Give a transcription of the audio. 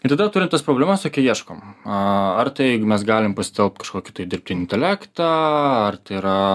ir tada turint tas problemas okei ieškom ar tai mes galim pasitelkt kažkokį dirbtinį intelektą ar tai yra